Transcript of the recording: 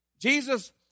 Jesus